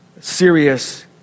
serious